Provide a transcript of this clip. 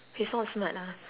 he's not smart lah